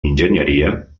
enginyeria